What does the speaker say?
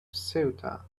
ceuta